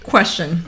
Question